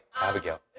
Abigail